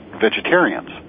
vegetarians